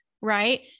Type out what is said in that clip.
Right